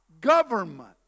government